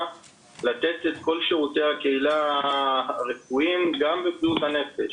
לתת את כל שירותי הקהילה הרפואיים גם בבריאות הנפש.